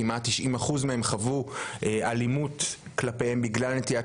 כמעט 90% מהם חוו אלימות כלפיהם בגלל נטיית